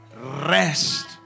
rest